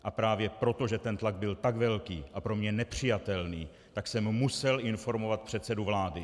A právě proto, že ten tlak byl tak velký a pro mě nepřijatelný, tak jsem musel informovat předsedu vlády.